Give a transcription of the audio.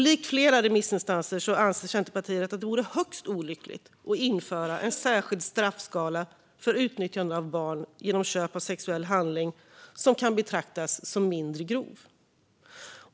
Likt flera remissinstanser anser Centerpartiet att det vore högst olyckligt att införa en särskild straffskala för utnyttjande av barn genom köp av sexuell handling som kan betraktas som mindre grov.